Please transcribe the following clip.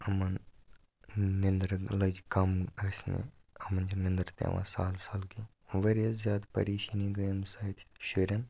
یِمَن نیٚنٛدرٕ لٔج کَم ٲسۍ نہٕ یِمَن چھِ نیٚنٛدٕر تہِ یِوان سہل سہل کینٛہہ واریاہ زیادٕ پریشٲنی گٔے اَمہِ سۭتۍ شُرٮ۪ن